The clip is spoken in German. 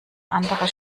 andere